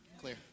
Clear